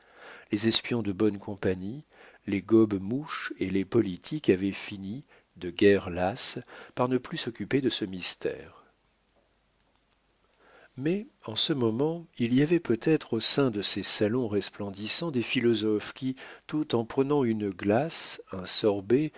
les espions de bonne compagnie les gobe-mouches et les politiques avaient fini de guerre lasse par ne plus s'occuper de ce mystère mais en ce moment il y avait peut-être au sein de ces salons resplendissants des philosophes qui tout en prenant une glace un sorbet